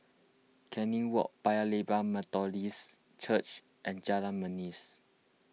Canning Walk Paya Lebar Methodist Church and Jalan Manis